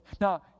Now